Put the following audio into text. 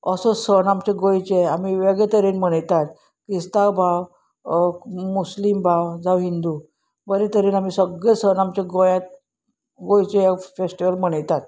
असो सण आमचे गोंयचें आमी वेगळे तरेन मनयतात क्रिस्तांव भाव मुस्लीम भाव जावं हिंदू बरे तरेन आमी सगळे सण आमच्या गोंयांत गोंयचे ह फेस्टिवल मनयतात